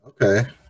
Okay